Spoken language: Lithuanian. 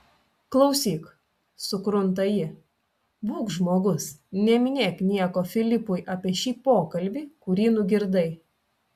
klausyk sukrunta ji būk žmogus neminėk nieko filipui apie šį pokalbį kurį nugirdai